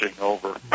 over